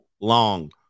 long